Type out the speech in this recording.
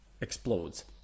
explodes